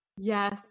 Yes